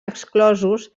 exclosos